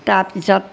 তাৰপিছত